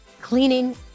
cleaning